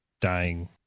dying